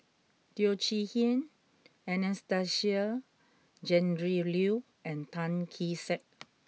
Teo Chee Hean Anastasia Tjendri Liew and Tan Kee Sek